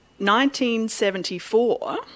1974